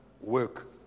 work